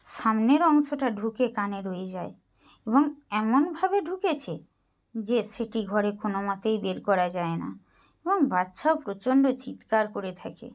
সামনের অংশটা ঢুকে কানে রয়ে যায় এবং এমনভাবে ঢুকেছে যে সেটি ঘরে কোনো মতেই বের করা যায় না এবং বাচ্চাও প্রচণ্ড চিৎকার করে থাকে